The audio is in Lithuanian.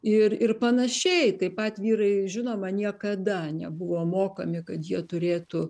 ir ir panašiai taip pat vyrai žinoma niekada nebuvo mokomi kad jie turėtų